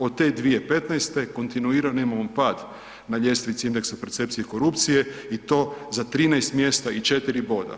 Od te 2015. kontinuirano imamo pad na ljestvici indeksa percepcije korupcije i to za 13 mjesta i 4 boda.